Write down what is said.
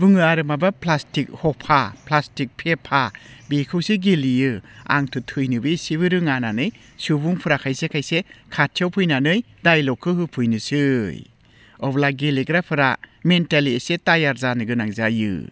बुङो आरो माबा प्लास्टिक खफा प्लास्टिक पेपा बेखौसो गेलेयो आंथो थैनोबो एसेबो रोङा होन्नानै सुबुंफ्रा खायसे खायसे खाथियाव फैनानै दाइलगखौ होफैनोसै अब्ला गेलेग्राफोरा मेन्टेलि एसे टायार्द जानो गोनां जायो